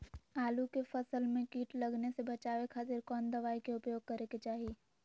आलू के फसल में कीट लगने से बचावे खातिर कौन दवाई के उपयोग करे के चाही?